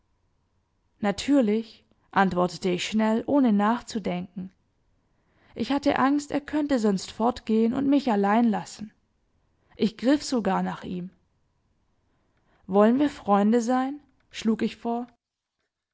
natürlich antwortete ich schnell ohne nachzudenken ich hatte angst er könnte sonst fortgehen und mich allein lassen ich griff sogar nach ihm wollen wir freunde sein schlug ich vor